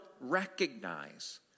recognize